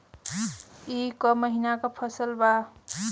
ई क महिना क फसल बा?